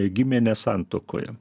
gimė ne santuokoje